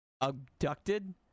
abducted